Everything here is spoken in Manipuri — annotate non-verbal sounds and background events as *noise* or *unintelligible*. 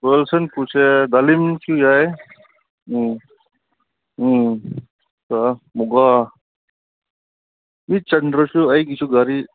ꯋꯤꯜꯁꯟ ꯄꯨꯁꯦ ꯗꯥꯂꯤꯝꯁꯨ ꯌꯥꯏ ꯎꯝ ꯎꯝ *unintelligible* ꯃꯤ ꯆꯟꯗ꯭ꯔꯁꯨ ꯑꯩꯒꯤꯁꯨ ꯒꯥꯔꯤ